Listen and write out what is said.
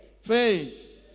Faith